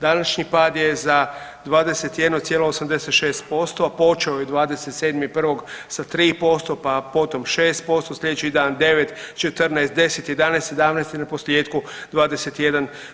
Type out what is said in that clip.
Današnji pad je za 21,86% a počeo je 27.1. sa 3% pa potom 6%, sljedeći dan 9, 14, 10, 11, 17 i naposljetku 21%